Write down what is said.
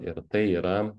ir tai yra